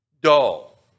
dull